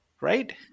right